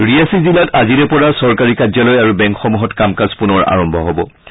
ৰিয়াছি জিলাত আজিৰে পৰা চৰকাৰী কাৰ্যালয় আৰু বেংকসমূহত কামকাজ পুনৰ আৰম্ভ হ'ব